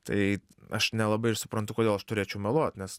tai aš nelabai ir suprantu kodėl aš turėčiau meluot nes